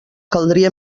caldria